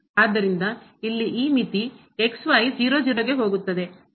ಆದ್ದರಿಂದ ಇಲ್ಲಿ ಈ ಮಿತಿ ಗೆ ಹೋಗುತ್ತದೆ